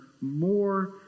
more